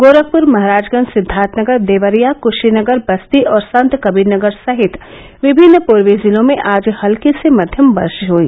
गोरखपुर महराजगंज सिद्धार्थनगर देवरिया कुशीनगर बस्ती और संतकबीरनगर सहित विभिन्न पूर्वी जिलों में आज हल्की से मध्यम बारिश हुई